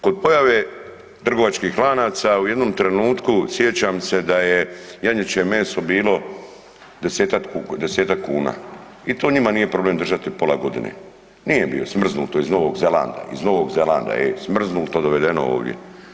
Kod pojave trgovačkih lanaca, u jednom trenutku, sjećam se da je janjeće meso bilo desetak kuna i to njima nije problem držati pola godine, nije, smrznuto iz N. Zelanda, iz N. Zelanda, e, smrznuto dovedeno ovdje.